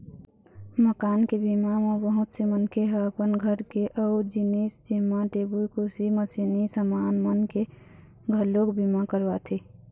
मकान के बीमा म बहुत से मनखे ह अपन घर के अउ जिनिस जेमा टेबुल, कुरसी, मसीनी समान मन के घलोक बीमा करवाथे